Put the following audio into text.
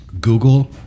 Google